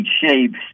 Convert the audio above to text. shapes